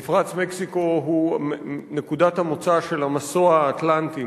מפרץ מקסיקו הוא נקודת המוצא של "המסוע האטלנטי",